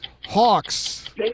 Hawks